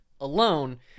alone